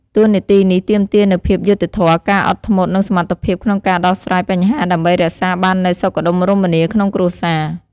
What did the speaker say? តួនាទីនេះទាមទារនូវភាពយុត្តិធម៌ ការអត់ធ្មត់ និងសមត្ថភាពក្នុងការដោះស្រាយបញ្ហាដើម្បីរក្សាបាននូវសុខដុមរមនាក្នុងគ្រួសារ។